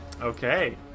Okay